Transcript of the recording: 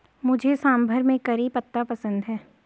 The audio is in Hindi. मुझे सांभर में करी पत्ता पसंद है